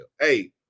Hey